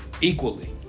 equally